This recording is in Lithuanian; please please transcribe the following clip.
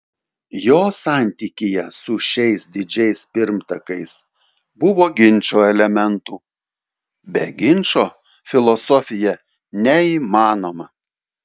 jo santykyje su šiais didžiais pirmtakais buvo ginčo elementų be ginčo filosofija neįmanoma